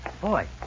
Boy